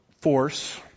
force